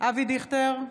אבי דיכטר,